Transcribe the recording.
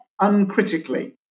uncritically